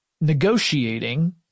negotiating